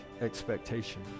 expectation